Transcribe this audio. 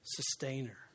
Sustainer